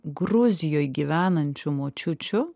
gruzijoj gyvenančių močiučių